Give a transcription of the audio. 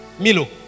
milo